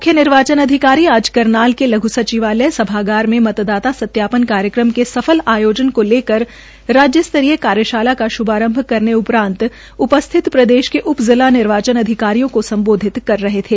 मुख्य निवार्चन अधिकारी आज करनाल के लघु सचिवालय सभागार में मतदाता सत्यापन कार्यक्रम के सफल आयोजन को लेकर राज्य स्तरीय कार्यशाला का श्भारंभ करने उपरांत उपस्थित प्रदेश के उप जिला निर्वाचन अधिकारियों को संबोधित कर रहे थे